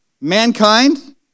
mankind